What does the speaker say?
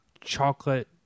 chocolate